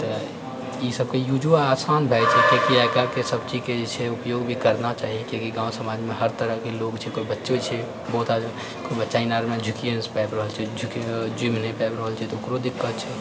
तऽ ई सबके यूजो आसान भए जाइ छै किआकि आइकाल्हिके सबचीजके जे छै उपयोग भी करना चाही किआकि गाँव समाजमे हर तरहकेँ लोग छै केओ बच्चो छै बहुत आदमी बच्चा ईनारमे झुकिए नहि पाबि रहल छै झुकि जुमि नहि पाबि रहल छै तऽ ओकरो दिक्कत छै